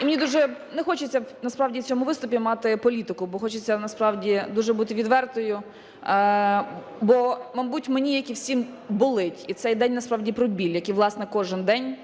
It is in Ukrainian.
І мені дуже не хочеться насправді в цьому виступі мати політику, бо хочеться насправді бути дуже відвертою, бо, мабуть, мені, як і всім, болить, і цей день насправді про біль, як і, власне, кожний день